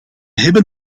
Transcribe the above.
hebben